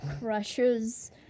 crushes